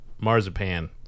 marzipan